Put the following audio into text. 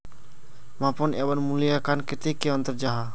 मापन एवं मूल्यांकन कतेक की अंतर जाहा?